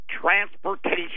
transportation